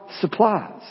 supplies